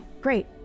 Great